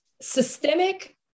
systemic